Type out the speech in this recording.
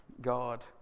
God